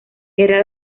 era